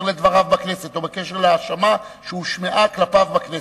לדבריו בכנסת או בקשר להאשמה שהושמעה כלפיו בכנסת.